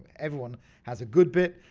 everyone has a good bit,